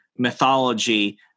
mythology